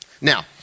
Now